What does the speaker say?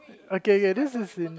okay okay this is in